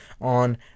on